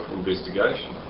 investigation